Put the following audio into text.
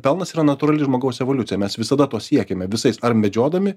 pelnas yra natūrali žmogaus evoliucija mes visada to siekiame visais ar medžiodami